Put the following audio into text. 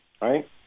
Right